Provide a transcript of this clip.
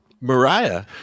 mariah